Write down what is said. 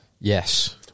Yes